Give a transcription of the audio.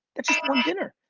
that's one dinner,